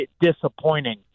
disappointing